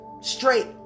straight